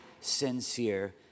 sincere